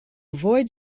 avoid